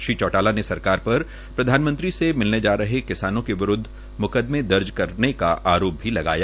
श्री चौटाला ने सरकार पर प्रधानमंत्री से मिलने जा रहे किसानों के विरूदव म्कदमें दर्ज करने का आरोप भी लगाया